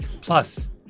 Plus